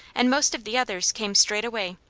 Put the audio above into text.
and most of the others, came straight away.